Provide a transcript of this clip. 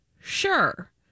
sure